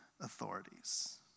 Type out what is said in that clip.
Authorities